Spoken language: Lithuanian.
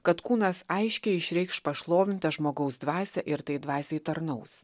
kad kūnas aiškiai išreikš pašlovintą žmogaus dvasią ir tai dvasiai tarnaus